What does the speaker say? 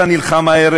אתה נלחם הערב,